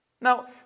Now